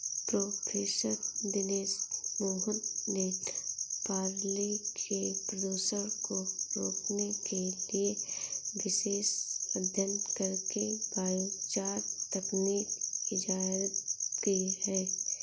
professor Dinesh Mohan ने पराली के प्रदूषण को रोकने के लिए विशेष अध्ययन करके बायोचार तकनीक इजाद की है